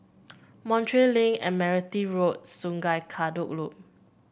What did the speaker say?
Montreal Link Admiralty Road Sungei Kadut Loop